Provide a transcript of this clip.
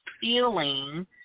feeling